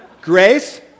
Grace